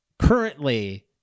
currently